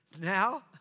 Now